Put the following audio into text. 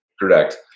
Correct